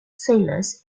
sailors